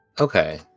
Okay